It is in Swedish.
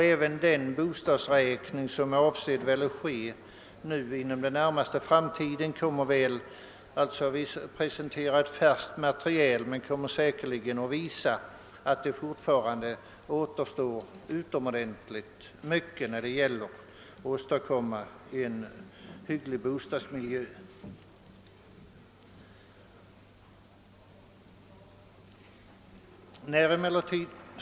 även den bostadsräkning som är avsedd att äga rum inom den närmaste framtiden och som väl kommer att presentera ett färskt material kommer säkerligen att visa att det fortfarande återstår utomordentligt mycket innan man åstadkommit en hygglig bostadsmiljö för alla.